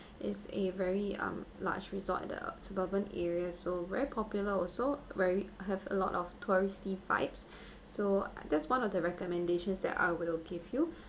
it's a very um large resort the suburban area so very popular also very have a lot of touristy vibes so that's one of the recommendations that I will give you